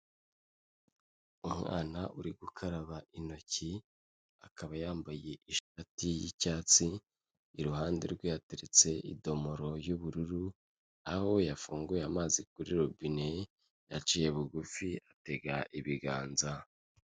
Umwana uri gukaraba intoki. Akaba yambaye ishati y'icyatsi, iruhande rwe hateretse idomoro y'ubururu. Aho yafunguye amazi kuri robine, yaciye bugufi atega ibiganza.